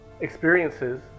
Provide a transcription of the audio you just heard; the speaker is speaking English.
experiences